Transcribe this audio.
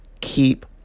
keep